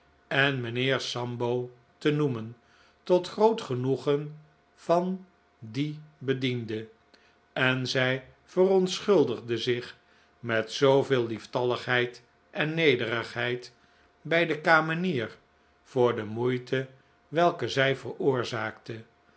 en mijnheer sambo te noemen tot groot genoegen van dien bediende en zij verontschuldigde zich met zooveel lieftalligheid en nederigheid bij de kamenier voor de moeite welke zij veroorzaakte